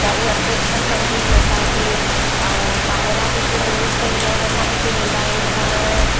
त उहे अटरेक्शन कंदियूं आहिनि असांखे ऐं ॿाहिरां बि जीअं टूरिस्ट ईंदा आहिनि असां किथे वेंदा आहियूं घुमणु